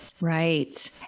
Right